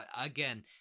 again